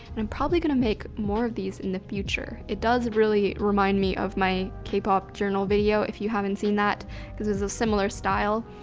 and i'm probably gonna make more of these in the future. it does really remind me of my k-pop journal video, if you haven't seen that cause this is a similar style.